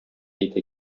әйтә